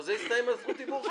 לא קיבלת אישור לדבר.